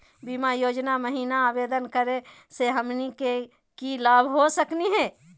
बीमा योजना महिना आवेदन करै स हमनी के की की लाभ हो सकनी हे?